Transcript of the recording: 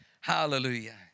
Hallelujah